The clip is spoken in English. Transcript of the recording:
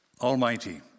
Almighty